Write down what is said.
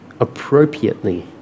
appropriately